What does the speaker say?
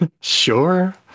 Sure